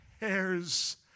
hairs